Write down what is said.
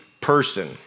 person